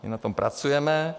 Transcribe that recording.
My na tom pracujeme.